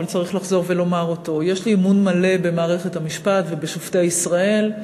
אבל צריך לחזור ולומר אותו: יש לי אמון מלא במערכת המשפט ובשופטי ישראל.